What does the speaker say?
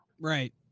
right